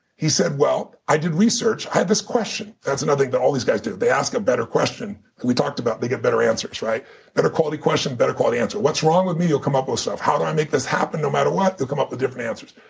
he said, well, i did research i had this question. that's another thing that all these guys do, they ask a better question. we talked about they get better answers. better quality question, better quality answer. what's wrong with me? you'll come up with stuff. how do i make this happen no matter what? you'll come up with different answers.